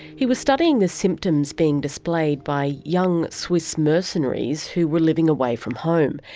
he was studying the symptoms being displayed by young swiss mercenaries who were living away from home.